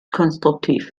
konstruktiv